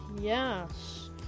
Yes